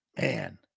Man